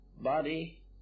body